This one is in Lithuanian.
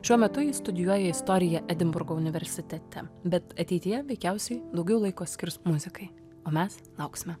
šiuo metu ji studijuoja istoriją edinburgo universitete bet ateityje veikiausiai daugiau laiko skirs muzikai o mes lauksime